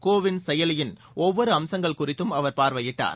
கோ win செயலியின் ஒவ்வொரு அம்சங்கள் குறித்தும் அவர் பார்வையிட்டார்